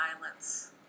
violence